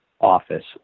office